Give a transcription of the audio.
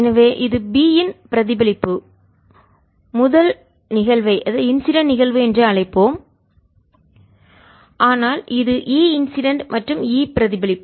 எனவே இது B யின் பிரதிபலிப்பு முதல் நிகழ்வை இன்சிடென்ட் நிகழ்வு என்று அழைப்போம் ஆனால் இது E இன்சிடென்ட் மற்றும் E பிரதிபலிப்பு